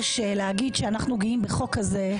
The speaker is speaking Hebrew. שלהגיד אנחנו גאים בחוק הזה,